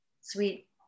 sweet